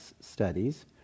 studies